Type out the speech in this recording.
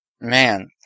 man